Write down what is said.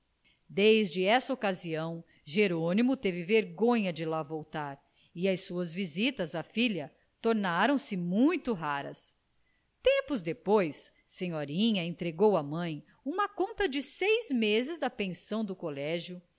desde essa ocasião jerônimo teve vergonha de lá voltar e as suas visitas à filha tornaram-se muito raras tempos depois senhorinha entregou à mãe uma conta de seis meses da pensão do colégio